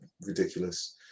ridiculous